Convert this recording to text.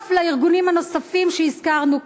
שותף לארגונים הנוספים שהזכרנו,